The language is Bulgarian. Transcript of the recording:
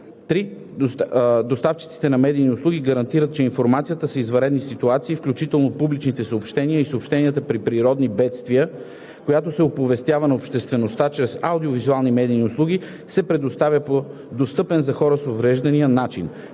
(3) Доставчиците на медийни услуги гарантират, че информацията за извънредни ситуации, включително публичните съобщения и съобщенията при природни бедствия, която се оповестява на обществеността чрез аудио-визуални медийни услуги, се предоставя по достъпен за хора с увреждания начин.